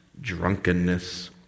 drunkenness